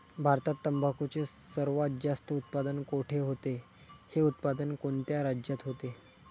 भारतात तंबाखूचे सर्वात जास्त उत्पादन कोठे होते? हे उत्पादन कोणत्या राज्यात होते?